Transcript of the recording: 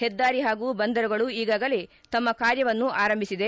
ಹೆದ್ದಾರಿ ಹಾಗೂ ಬಂದರುಗಳು ಈಗಾಗಲೇ ತಮ್ಮ ಕಾರ್ಯವನ್ನು ಆರಂಭಿಸಿದೆ